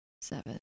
Seven